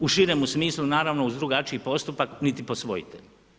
U širemu smislu naravno uz drugačiji postupak niti posvojitelji.